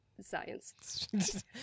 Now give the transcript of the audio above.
science